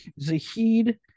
Zahid